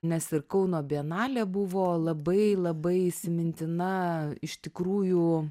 nes ir kauno bienalė buvo labai labai įsimintina iš tikrųjų